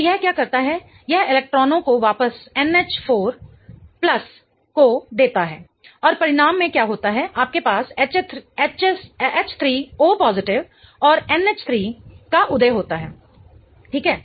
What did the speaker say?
तो यह क्या करता है यह इलेक्ट्रॉनों को वापस NH4 को देता है और परिणाम में क्या होता है आपके पास H3O और NH3 का उदय होता है ठीक है